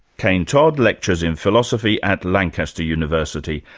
cain todd lectures in philosophy at lancaster university,